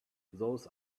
those